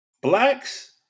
Blacks